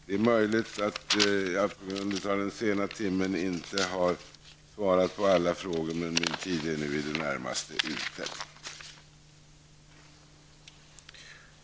Det är möjligt att jag på grund av den sena timmen inte har svarat på alla frågor, men min taletid är nu i det närmaste ute. Jag yrkar bifall till utskottets hemställan.